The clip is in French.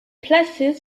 placée